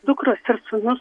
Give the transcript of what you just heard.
dukros ir sūnus